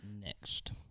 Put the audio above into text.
Next